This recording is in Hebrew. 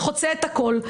זה חוצה את הכול.